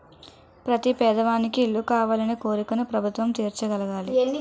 ప్రతి పేదవానికి ఇల్లు కావాలనే కోరికను ప్రభుత్వాలు తీర్చగలగాలి